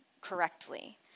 correctly